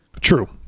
True